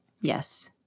Yes